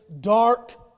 dark